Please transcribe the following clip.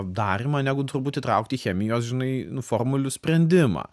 darymą negu turbūt įtraukti chemijos žinai nu formulių sprendimą